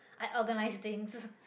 I organise things